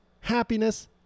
happiness